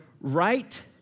right